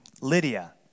Lydia